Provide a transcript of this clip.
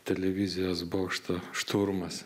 televizijos bokšto šturmas